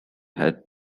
had